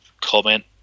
comment